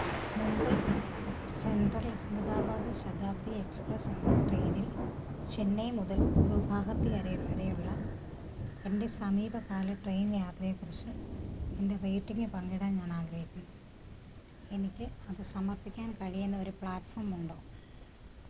Mumbai central Ahmedabad Shatabdi express എന്ന ട്രെയിനിൽ ചെന്നൈ മുതൽ ഗുവാഹത്തി വരെയുള്ള എൻ്റെ സമീപകാല ട്രെയിൻ യാത്രയെക്കുറിച്ച് എൻ്റെ റേറ്റിംഗ് പങ്കിടാൻ ഞാൻ ആഗ്രഹിക്കുന്നു എനിക്ക് അതു സമർപ്പിക്കാൻ കഴിയുന്ന ഒരു പ്ലാറ്റ്ഫോം ഉണ്ടോ